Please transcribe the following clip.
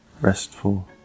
restful